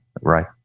Right